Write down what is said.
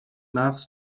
مغز